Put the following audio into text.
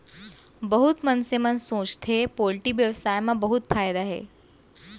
बहुत मनसे मन सोचथें पोल्टी बेवसाय म बहुत फायदा हे